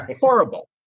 Horrible